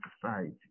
society